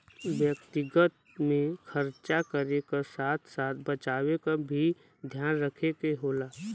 व्यक्तिगत में खरचा करे क साथ साथ बचावे क भी ध्यान रखे क होला